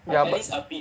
ya but